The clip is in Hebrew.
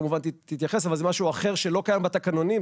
אבל זה משהו אחר שלא קיים בתקנונים,